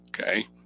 okay